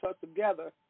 together